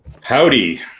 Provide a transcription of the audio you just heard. Howdy